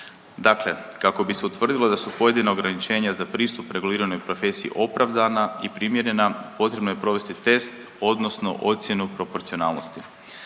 Dakle, kako bise utvrdilo da su pojedina ograničenja za pristup reguliranoj profesiji opravdana i primjerena, potrebno je provesti test odnosno ocjenu proporcionalnosti.